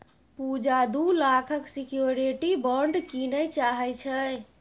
पुजा दु लाखक security bond कीनय चाहै छै